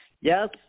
Yes